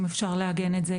אם אפשר לעגן את זה,